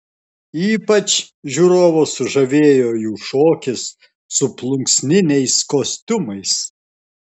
ypač žiūrovus sužavėjo jų šokis su plunksniniais kostiumais